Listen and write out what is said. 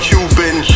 Cuban